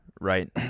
right